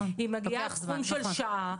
היא מגיעה בתחום של שעה,